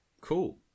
cool